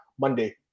Monday